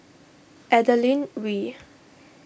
Adeline Ooi